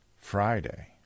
Friday